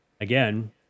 again